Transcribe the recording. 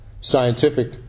scientific